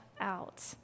out